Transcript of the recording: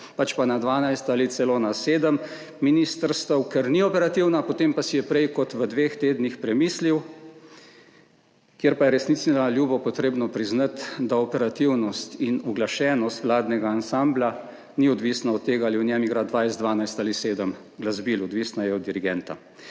pač pa na 12 ali celo na 77 ministrstev, ker ni operativna, potem pa si je prej kot v dveh tednih premislil, kjer pa je resnici na ljubo potrebno priznati, da operativnost in uglašenost vladnega ansambla ni odvisna od tega, ali v njem igra 20, 12 ali 7 glasbil. Odvisna je od dirigenta.